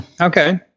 Okay